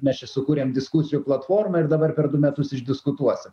mes čia sukūrėm diskusijų platformą ir dabar per du metus išdiskutuosim